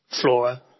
Flora